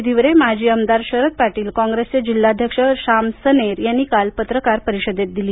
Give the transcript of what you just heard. धिवरे माजी आमदार शरद पाटील कॉंग्रेसचे जिल्हाध्यक्ष श्याम सनेर यांनी काल पत्रकार परिषदेत दिली